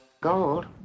Gold